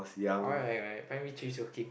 alright alright alright primary three okay